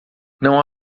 não